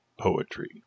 Poetry